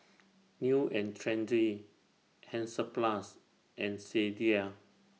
New and Trendy Hansaplast and Sadia